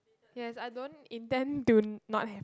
yes I don't intend to not have